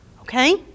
okay